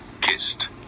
kissed